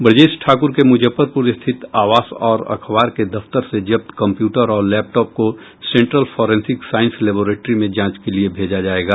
ब्रजेश ठाकुर के मुजफ्फरपुर स्थित आवास और अखबार के दफ्तर से जब्त कंम्प्यूटर और लैपटॉप को सेंट्रल फॉरेंसिक साइंस लेबोरेट्री में जांच के लिये भेजा जायेगा